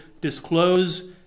disclose